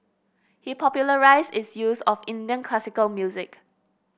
he popularised its use of Indian classical music